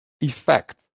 effect